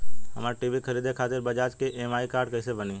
हमरा टी.वी खरीदे खातिर बज़ाज़ के ई.एम.आई कार्ड कईसे बनी?